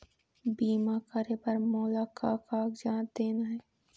बीमा करे बर मोला का कागजात देना हे?